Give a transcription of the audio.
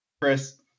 Chris